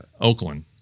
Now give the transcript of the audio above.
Oakland